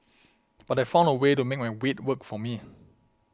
but I found a way to make my weight work for me